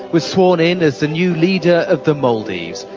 was sworn in as the new leader of the maldives,